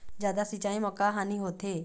जादा सिचाई म का हानी होथे?